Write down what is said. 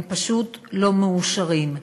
הם פשוט לא מאושרים.